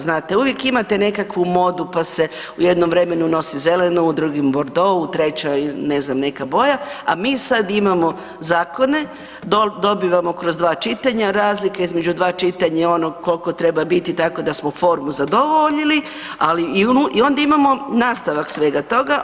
Znate uvijek imate nekakvu modu pa se u jednom vremenu nosi zeleno, u drugim bordo, u trećoj ne znam neka boja, a mi sad imamo zakone, dobivamo kroz dva čitanja, razlika između dva čitanja je ono koliko treba biti tako da smo formu zadovoljili, ali i onda imamo nastavak svega toga.